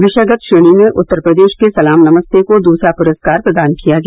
विषयगत श्रेणी में उत्तर प्रदेश के सलाम नमस्ते को दूसरा पुरस्कार प्रदान किया गया